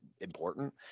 important